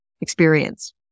experience